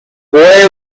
boy